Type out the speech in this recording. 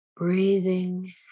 Breathing